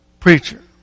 Preacher